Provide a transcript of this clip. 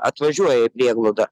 atvažiuoja į prieglaudą